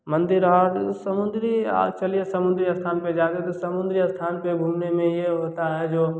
मंदिर समुंद्री चलिए समुंद्री स्थान पर जाने से समुंद्री स्थान में घूमने में यह होता है जो